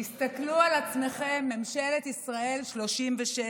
תסתכלו על עצמכם, ממשלת ישראל השלושים-ושבע: